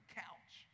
couch